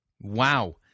Wow